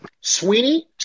Sweeney